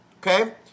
Okay